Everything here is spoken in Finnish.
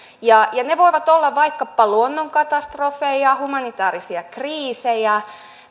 ne voivat olla vaikkapa luonnonkatastrofeja humanitaarisia kriisejä